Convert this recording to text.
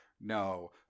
No